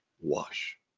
wash